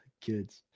kids